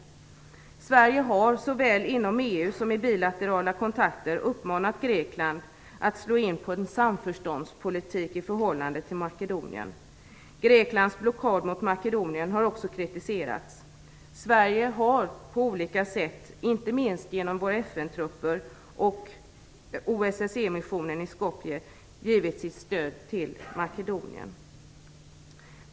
Sverige har såväl inom EU som i bilaterala kontakter uppmanat Grekland att slå in på en samförståndspolitik i förhållande till Makedonien. Greklands blockad mot Makedonien har också kritiserats. Sverige har på olika sätt, inte minst genom våra FN-trupper och OSSE-missionen i Skopje, givit sitt stöd till Makedonien.